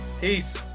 peace